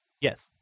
Yes